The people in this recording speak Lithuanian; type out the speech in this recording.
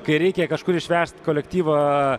kai reikia kažkur išvežt kolektyvą